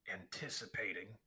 anticipating